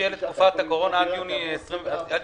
שיהיה לתקופת הקורונה עד יוני 2021?